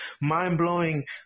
mind-blowing